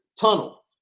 tunnel